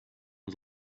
was